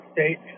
State